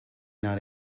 not